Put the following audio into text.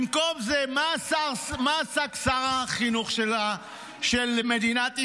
במקום זה, במה עסק שר החינוך של מדינת ישראל?